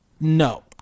No